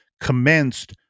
commenced